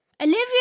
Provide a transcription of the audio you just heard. Olivia